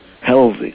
Healthy